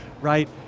Right